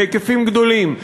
בהיקפים גדולים,